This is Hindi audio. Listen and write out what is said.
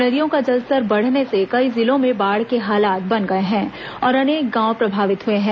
नदियों का जलस्तर बढ़ने से कई जिलों में बाढ़ के हालात बन गए हैं और अनेक गांव प्रभावित हुए हैं